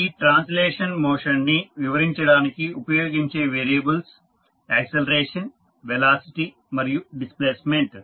ఈ translational motion ని వివరించడానికి ఉపయోగించే వేరియబుల్స్ యాక్సిలరేషన్ వెలాసిటీ మరియు డిస్ప్లేస్మెంట్